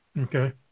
Okay